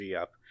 up